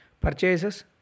Purchases